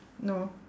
no